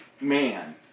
man